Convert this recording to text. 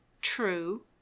True